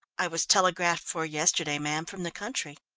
i was telegraphed for yesterday, ma'am, from the country.